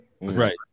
Right